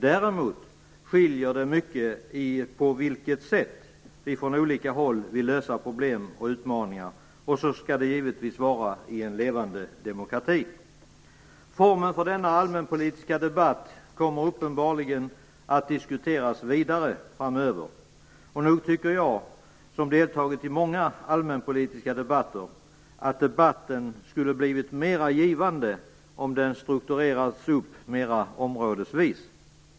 Däremot skiljer sättet mycket som vi från olika håll vill lösa problem och utmaningar på. Och så skall det givetvis vara i en levande demokrati. Formen för denna allmänpolitiska debatt kommer uppenbarligen att diskuteras vidare framöver. Nog tycker jag, som deltagit i många allmänpolitiska debatter, att debatten skulle ha blivit mer givande om den strukturerats upp mer områdesvis.